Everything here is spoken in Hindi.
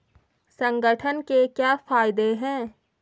संगठन के क्या फायदें हैं?